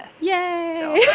Yay